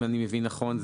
אם אני מבין נכון,